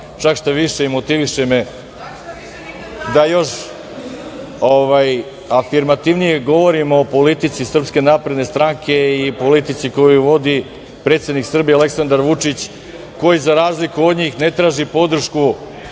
čak me i motiviše da još afirmativnije govorim o politici Srpske napredne stranke i politici koju vodi predsednik Srbije Aleksandar Vučić, koji, za razliku od njih, ne traži podršku